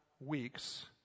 weeks